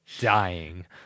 dying